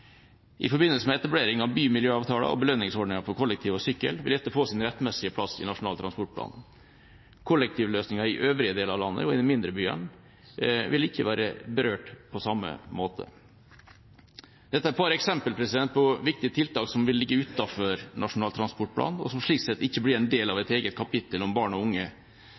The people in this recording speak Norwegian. I forbindelse med etablering av bymiljøavtaler og belønningsordninger for kollektiv og sykkel vil dette få sin rettmessige plass i Nasjonal transportplan. Kollektivløsninger i øvrige deler av landet og i de mindre byene vil ikke være berørt på samme måte. Dette er et par eksempler på viktige tiltak som vil ligge utenfor Nasjonal transportplan, og som slik sett ikke blir en del av et eget kapittel om barn og unge.